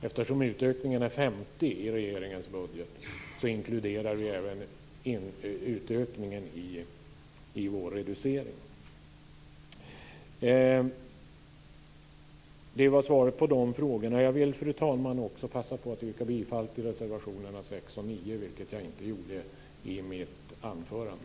Eftersom utökningen är 50 i regeringens budget, inkluderar vi även utökningen i vår reducering. Det var svar på frågorna. Jag vill, fru talman, passa på att yrka bifall till reservationerna 6 och 9, vilket jag inte gjorde i mitt anförande.